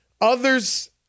Others